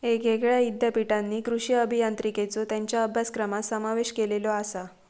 येगयेगळ्या ईद्यापीठांनी कृषी अभियांत्रिकेचो त्येंच्या अभ्यासक्रमात समावेश केलेलो आसा